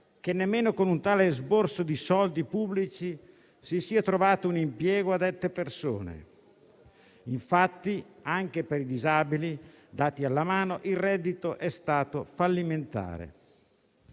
che nemmeno con un tale esborso di soldi pubblici si sia trovato un impiego a dette persone. Infatti, anche per i disabili - dati alla mano - il reddito è stato fallimentare.